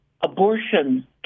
abortion